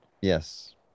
Yes